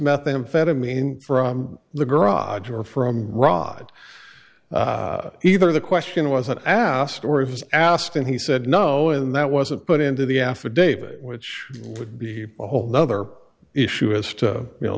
methamphetamine from the garage or from rod either the question wasn't asked or it was asked and he said no and that wasn't put into the affidavit which would be a whole nother issue as to you know